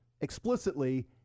explicitly